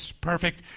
perfect